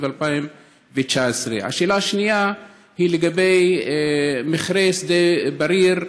2019. השאלה השנייה היא לגבי מכרה בריר.